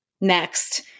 Next